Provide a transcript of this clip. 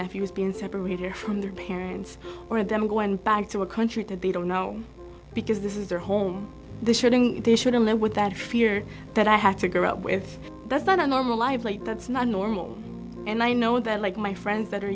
nephews been separated here from their parents or them going back to a country to be don't know because this is their home the shooting they shouldn't live with that fear that i have to go out with that's not a normal life late that's not normal and i know that like my friends that are